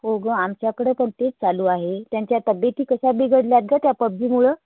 हो गं आमच्याकडं पण तेच चालू आहे त्यांच्या तब्येती कशा बिघडल्या आहेत गं त्या पबजीमुळं